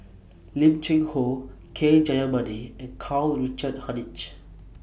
Lim Cheng Hoe K Jayamani and Karl Richard Hanitsch